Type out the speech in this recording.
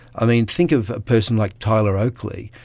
i mean, think of a person like tyler oakley,